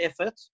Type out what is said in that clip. effort